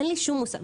אין לי שום מושג,